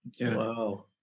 Wow